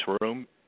room